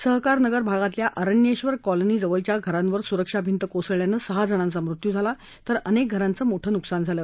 सहकार नगर भागातल्या अरण्येधर कॉलनी जवळच्या घरांवर सुरक्षा भिंत कोसळल्यानं सहा जणांचा मृत्यू झाला तर अनेक घरांचं मोठं नुकसान झालं